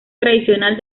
tradicional